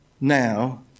now